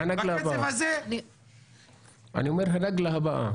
בקצב הזה --- בנגלה הבאה.